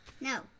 No